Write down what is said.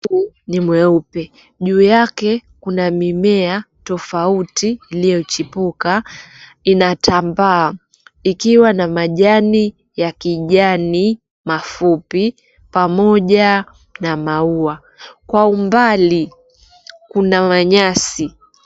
Ni mweupe juu yake kuna mimea tofauti iliyochipuka inatambaa ikiwa na majani ya kijani mafupi pamoja na maua kwa umbali kuna manyasi